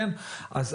אז,